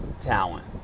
talent